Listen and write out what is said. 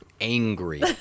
Angry